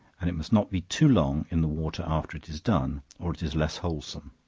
and it must not be too long in the water after it is done, or it is less wholesome.